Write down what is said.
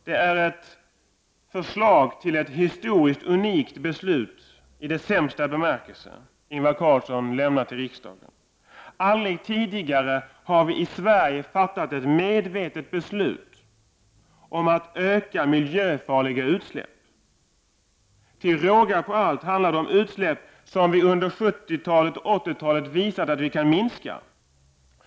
Det är ett förslag till ett historiskt unikt beslut i dess sämsta bemärkelse som Ingvar Carlsson nu lämnar till riksdagen. Aldrig tidigare har vi i Sverige fattat ett medvetet beslut om att öka miljöfarliga utsläpp. Till råga på allt handlar det om utsläpp som vi under 1970 och 1980-talen visat att vi kan minska.